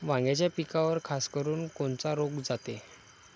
वांग्याच्या पिकावर खासकरुन कोनचा रोग जाते?